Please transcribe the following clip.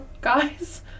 guys